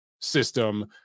system